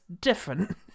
different